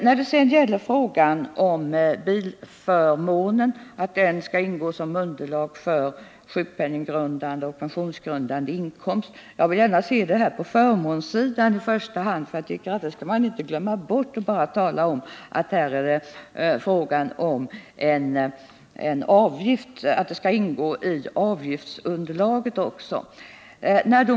När det sedan gäller förslaget att bilförmåner skall ingå i underlaget för beräkning av sjukpenninggrundande och pensionsgrundande inkomst vill jag gärna se den frågan i första hand ur förmånssynpunkt. Men man skall inte glömma bort att tala om att beloppen också skall ingå i avgiftsunderlaget.